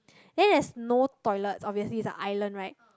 then there's no toilet obviously it's an island right